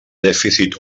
dèficit